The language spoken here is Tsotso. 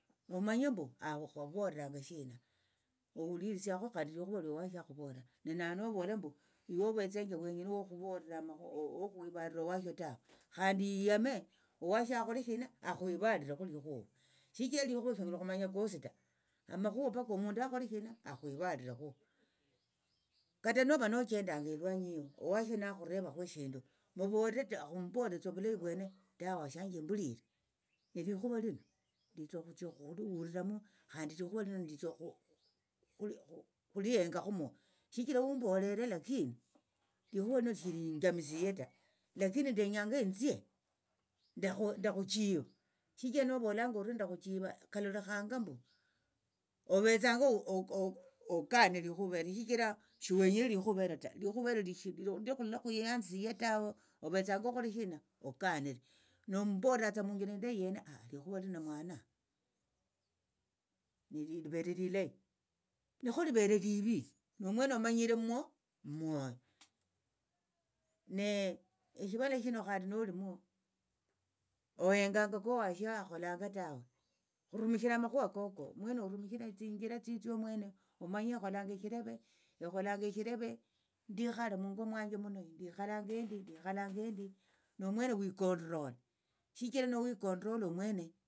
Omanye mbu akhu akhuvolera shina ohulirisiakhu khandi likhuva liowashio akhuvolera nenawe novola mbu iwe ovetsenje wenyene wakhuvolira wokhwivalira owashio ta khandi eyame owashio akhole shina akhwivalirekho likhuva shichira likhuva shonyola okhumanya kosi ta amakhuwa mpaka omundu akhole shina akhwivalirekhu kata nova nochendanga elwanyi owashio nakhurevakhu eshindu muvolera ta khumboleretsa ovulayi vwene tawe washanje embulire elikhuwa lino nditsa okhutsia okhulihuliramo khandi likhuwa nditsa okhuli okhulihengakhumo shichira humbolera lakini likhuwa lino shilinjamisie ta lakini ndenyanga enthie ndakhuchiva shichira novolanga ndakhuchiva kalolekhanga mbu ovetsanga okanire likhuva elo shichira shiwenyere likhuva elo ta likhuva elo likhuyanzisie tawe ovetsanga okholire shina okanire nombolerangatsa munjira indayi likhuva elio livere lilayi nekholivere livi nomwene omanyiretsa mwoyo ne eshivala khandi nolimwo ohenganga kowasho akholanga tawe rumishira amakhuwa koko omwene orumishire tsinjira tsitsio omwene omanye ekholanga eshileve ekholanga eshileve ndikhale mungo mwanje muno ndikhalanga endi ndikhalanga endi nomwene wikondrola shichira wikondrola omwene.